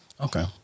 Okay